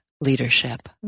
leadership